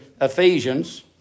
Ephesians